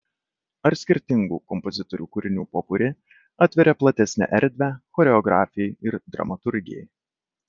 ar skirtingų kompozitorių kūrinių popuri atveria platesnę erdvę choreografijai ir dramaturgijai